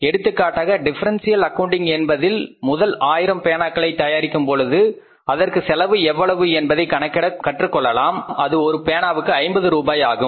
எடுத்துக்காட்டாக differential accounting என்பதில் முதல் ஆயிரம் பேனாக்களை தயாரிக்கும்போது அதற்கான செலவு எவ்வளவு என்பதை கணக்கிட கற்றுக்கொள்ளலாம் அது ஒரு பேனாவுக்கு 50 ரூபாய் ஆகும்